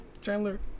Chandler